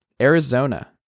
arizona